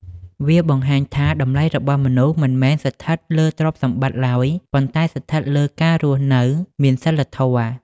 វាបង្ហាញថា តម្លៃរបស់មនុស្សមិនមែនស្ថិតលើទ្រព្យសម្បត្តិឡើយ ប៉ុន្តែស្ថិតលើការរស់នៅមានសីលធម៌។